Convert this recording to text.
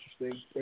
interesting